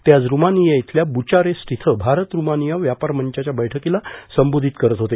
ते आज रुमानिया इथल्या ब्रुचारेस्ट इथं भारत रुमानिया व्यापार मंचाच्या बैठकीला संबोधित करत होते